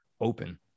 open